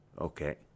okay